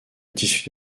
tissu